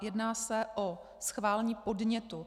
Jedná se o schválení podnětu.